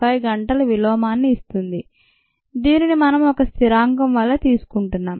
5 గంటల విలోమాన్ని ఇస్తుంది దీనిని మనం ఒక స్థిరాంకం వలే తీసుకుంటున్నాం